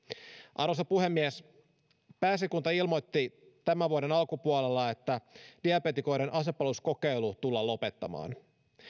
arvoisa puhemies pääesikunta ilmoitti tämän vuoden alkupuolella että diabeetikoiden asepalveluskokeilu tullaan lopettamaan